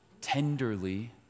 tenderly